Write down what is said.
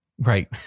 Right